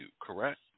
correct